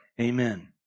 amen